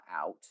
out